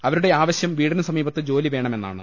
അവരുടെ ആവശ്യം വീടിന് സമീപത്ത് ജോലി വേണ മെന്നാണ്